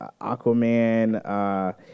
Aquaman